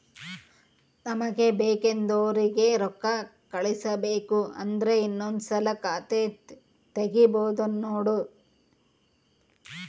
ನಮಗೆ ಬೇಕೆಂದೋರಿಗೆ ರೋಕ್ಕಾ ಕಳಿಸಬೇಕು ಅಂದ್ರೆ ಇನ್ನೊಂದ್ಸಲ ಖಾತೆ ತಿಗಿಬಹ್ದ್ನೋಡು